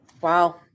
Wow